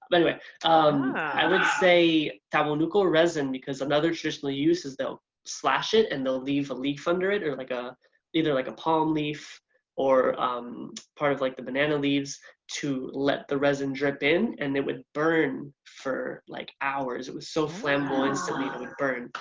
but anyway i would say tabonuco resin because another traditional use is they'll slash it and they'll leave a leaf under it or like ah a palm leaf or um part of like the banana leaves to let the resin drip in and they would burn for like hours. it was so flammable instantly it and would burn.